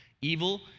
Evil